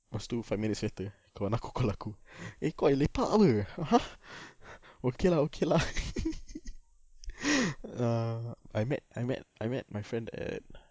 lepas tu five minutes later kawan aku call aku eh koi lepak apa (uh huh) okay lah okay lah I met I met my friend at